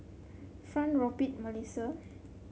Fronie Robt Malissie